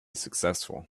successful